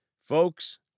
Folks